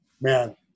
man